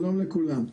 שלום לכולם.